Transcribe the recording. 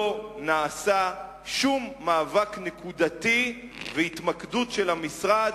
ולא נעשה שום מאבק נקודתי והתמקדות של המשרד.